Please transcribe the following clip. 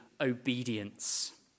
obedience